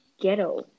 ghetto